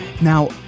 Now